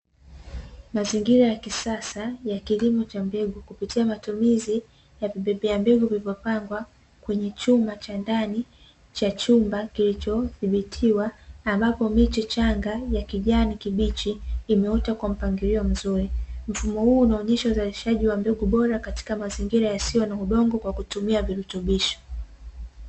Mazingira ya kisasa ya kilimo cha mbegu kupitia matumizi ya vipepea mbegu vilivyopangwa kwenye chunga cha ndani cha chumba kilichodhibitiwa, ambapo miche changa ya kijani kibichi imeota kwa mpangilio mzuri. Mfumo huu unaonyesha uzalishaji wa mbegu bora katika mazingira yasiyo na udongo kwa kutumia virutubisho.